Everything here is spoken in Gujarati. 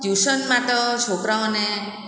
ટ્યૂશનમાં તો છોકરાઓને